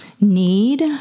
need